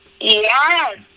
Yes